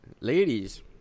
ladies